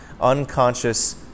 unconscious